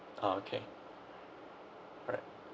uh okay alright